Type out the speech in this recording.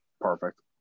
perfect